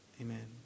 amen